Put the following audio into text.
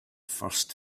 first